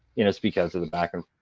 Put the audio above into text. it's because of the back and